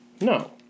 No